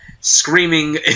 screaming